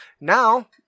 Now